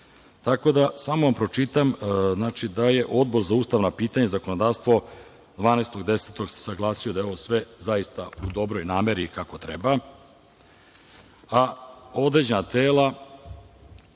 Samo da vam pročitam da je Odbor za ustavna pitanja i zakonodavstvo 12.10 se saglasio da je ovo sve zaista u dobroj nameri i kako treba. Određena tela